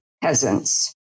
peasants